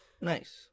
nice